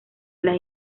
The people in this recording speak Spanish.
las